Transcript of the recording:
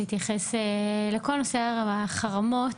אני רוצה להתייחס לכל נושא החרמות.